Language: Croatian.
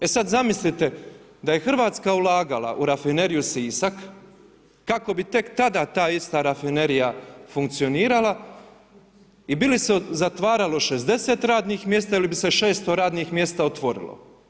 E sad zamislite da je Hrvatska ulagala u Rafineriju Sisak kako bi tek tada ta ista rafinerija funkcionirala i bi li se zatvaralo 60 radnih mjesta ili bi se 600 radnih mjesta otvorilo.